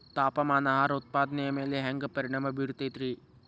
ತಾಪಮಾನ ಆಹಾರ ಉತ್ಪಾದನೆಯ ಮ್ಯಾಲೆ ಹ್ಯಾಂಗ ಪರಿಣಾಮ ಬೇರುತೈತ ರೇ?